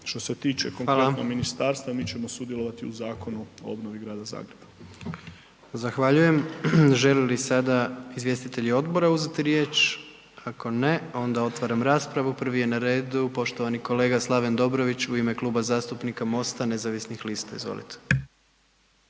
Hvala/…konkretno ministarstva, mi ćemo sudjelovati u Zakonu o obnovi Grada Zagreba. **Jandroković, Gordan (HDZ)** Zahvaljujem. Žele li sada izvjestitelji odbora uzeti riječ? Ako ne, onda otvaram raspravu, prvi je na redu poštovani kolega Slaven Dobrović u ime Kluba zastupnika MOST-a nezavisnih lista, izvolite.